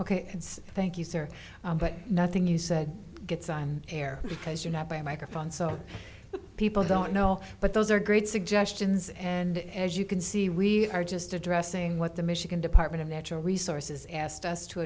ok thank you sir but nothing you said gets on air because you're not by a microphone so people don't know but those are great suggestions and as you can see we are just addressing what the michigan department of natural resources asked us to